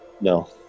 No